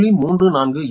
3486 p